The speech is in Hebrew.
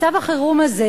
מצב החירום הזה,